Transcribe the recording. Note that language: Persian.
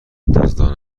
دزدان